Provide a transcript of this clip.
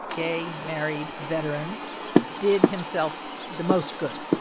gay, married, veteran did himself the most good.